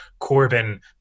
corbyn